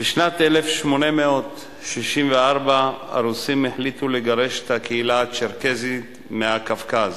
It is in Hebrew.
בשנת 1864 החליטו הרוסים לגרש את הקהילה הצ'רקסית מהקווקז.